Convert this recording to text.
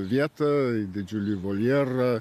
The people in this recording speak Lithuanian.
vietą didžiulį voljerą